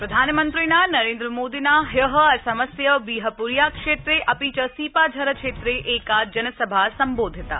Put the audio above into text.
प्रधानमन्त्रिणा नरेन्द्रमोदिना ह्य असमस्य बिहप्रिया क्षेत्रे अपि च सिपाझर क्षेत्रे एका जनसभा सम्बोधिता